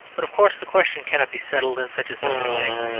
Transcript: but, of course, the question cannot be settled in such a simple way.